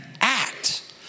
act